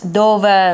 dove